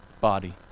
body